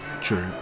True